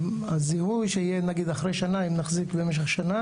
שהזיהוי שיהיה נגיד אחרי שנה אם נחזיק במשך שנה